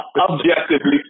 Objectively